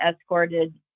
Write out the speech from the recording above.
escorted